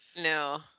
No